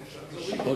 רק ביטוח לאומי,